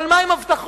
אבל מה עם ההבטחות?